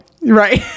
Right